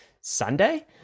Sunday